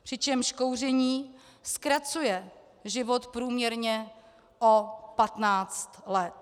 Přičemž kouření zkracuje život průměrně o 15 let.